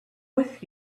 with